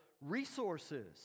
resources